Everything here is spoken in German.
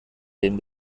den